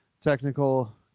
technical